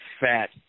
fat